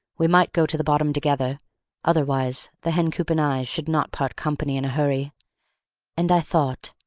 we might go to the bottom together otherwise the hen-coop and i should not part company in a hurry and i thought,